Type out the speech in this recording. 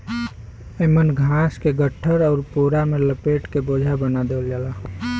एमन घास के गट्ठर आउर पोरा में लपेट के बोझा बना देवल जाला